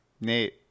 nate